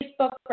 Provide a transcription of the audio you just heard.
Facebook